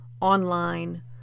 online